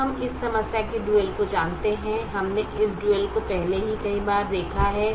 अब हम इस समस्या के डुअल को जानते हैं हमने इस डुअल को पहले ही कई बार देखा है